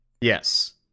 Yes